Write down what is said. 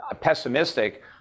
pessimistic